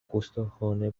گستاخانه